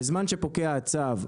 בזמן שפוקע הצו,